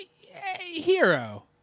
Hero